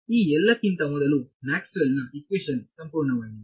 ಈ ಎಲ್ಲಕ್ಕಿಂತ ಮೊದಲು ಮ್ಯಾಕ್ಸ್ವೆಲ್ನ ಇಕ್ವೇಶನ್ ಸಂಪೂರ್ಣವಾಗಿದೆ